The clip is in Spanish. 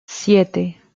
siete